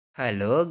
Hello